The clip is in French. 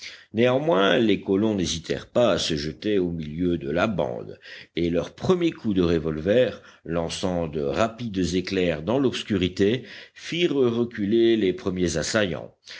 néanmoins les colons n'hésitèrent pas à se jeter au milieu de la bande et leurs premiers coups de revolver lançant de rapides éclairs dans l'obscurité firent reculer les premiers assaillants